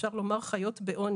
אפשר לומר שהן חיות בעוני.